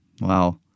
Wow